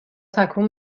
تکون